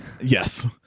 yes